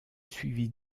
suivi